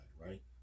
right